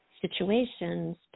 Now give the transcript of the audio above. situations